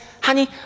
Honey